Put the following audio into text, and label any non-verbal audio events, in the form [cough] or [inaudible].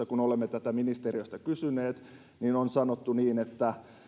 [unintelligible] kun olemme tätä ministeriöstä kysyneet on sanottu niin että